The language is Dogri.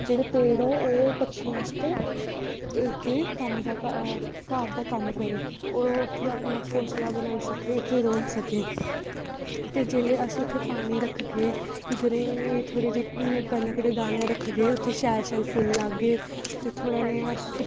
जेह्ड़े पेड़ होन ओह् पक्षियें आस्तै केह् कम्म दा घर दा कम्म करै ओह् उत्थै अपना घौंसला बनाई सकै ते उत्थै रेही सकै ते जेल्लै अस उत्थै पानी रक्खगे ते भी उत्थै दाने रक्खगे ते शैल शैल फुल्ल लाह्गे ते थोह्ड़ा निहां